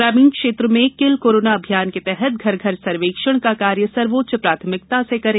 ग्रामीण क्षेत्र में किल कोरोना अभियान के तहत घर घर सर्वेक्षण का कार्य सर्वोच्च प्राथमिकता से करें